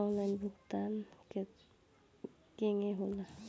Online भुगतान केगा होला?